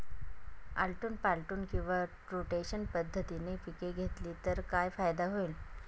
आलटून पालटून किंवा रोटेशन पद्धतीने पिके घेतली तर काय फायदा होईल?